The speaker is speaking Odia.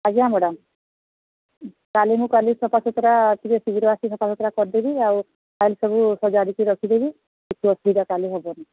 ଆଜ୍ଞା ମ୍ୟାଡ଼ମ୍ ତା'ହେଲେ ମୁଁ କାଲି ସଫା ସୁତୁରା ଟିକିଏ ଶୀଘ୍ର ଆସି ସଫା ସୁତୁରା କରିଦେବି ଆଉ ଫାଇଲ୍ ସବୁ ସଜାଡ଼ିକି ରଖିଦେବି କିଛି ଅସୁବିଧା କାଲି ହେବନି